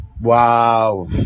Wow